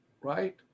right